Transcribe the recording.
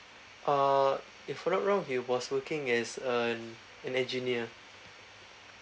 uh if I'm not wrong he was working as an an engineer